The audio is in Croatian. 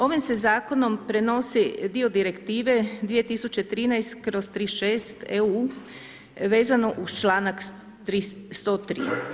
Ovim se zakonom prenosi dio direktive 2013/36 EU vezano uz članak 103.